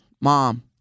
Mom